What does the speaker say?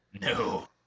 No